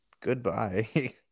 goodbye